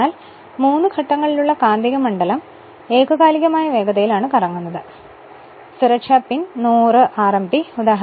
എന്നാൽ 3 ഘട്ടങ്ങളിലുള്ള കാന്തിക മണ്ഡലം ഏകകാലികമായ വേഗതയിൽ കറങ്ങുന്നു ഉദാഹരണത്തിന് സുരക്ഷാ പിൻ 100 RMP